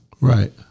right